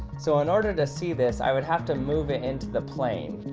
so in order to see this i would have to move it into the plane,